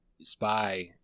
spy